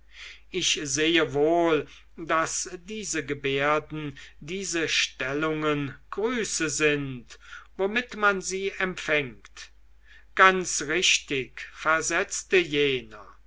ich sehe wohl daß diese gebärden diese stellungen grüße sind womit man sie empfängt ganz richtig versetzte jener